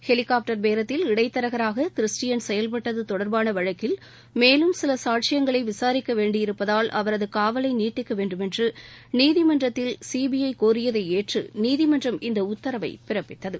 helicopter பேரத்தில் இடைதரகராக Christian செயல்பட்டது தொடர்பான வழக்கில் மேலும் சில சாட்சியங்களை விசாிக்க வேண்டியிருப்பதால் அவரது காவலை நீட்டிக்க வேண்டுமென்று நீதிமன்றத்தில் சிபிஐ கோரியதை ஏற்று நீதிமன்றம் இந்த உத்தரவை பிறப்பித்தது